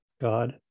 God